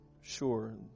sure